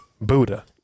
Buddha